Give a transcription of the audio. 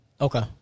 Okay